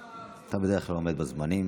אתה בדרך כלל עומד בזמנים.